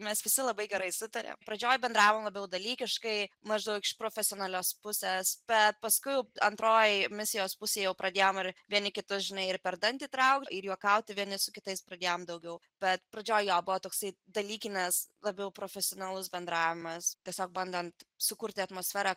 mes visi labai gerai sutarėm pradžioj bendravom labiau dalykiškai maždaug iš profesionalios pusės bet paskui antroji misijos pusė jau pradėjom ir vieni kitus žinai ir per dantį traukt ir juokaut vieni su kitais pradėjom daugiau bet pradžioj buvo jo toksai dalykinis labiau profesionalus bendravimas tiesiog bandant sukurti atmosferą